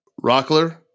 Rockler